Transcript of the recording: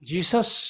Jesus